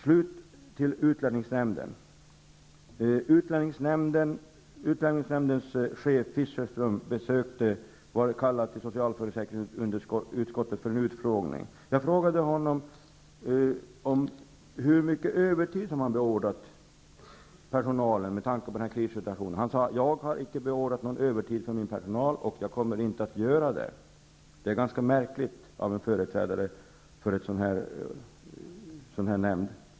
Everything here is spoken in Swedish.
Så till utlänningsnämnden. Dess chef Fischerström var kallad till socialförsäkringsutskottet för en utfrågning. Jag frågade honom hur mycket övertid som han beordrat personalen med tanke på denna krissituation. Han sade: Jag har icke beordrat någon övertid för min personal, och jag kommer inte att göra det. Det är ganska märkligt av en företrädare för en sådan nämnd.